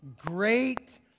great